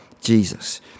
Jesus